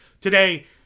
today